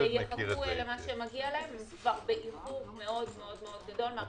יחכו למה שמגיע להם באיחור מאוד-מאוד גדול.